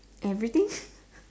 everything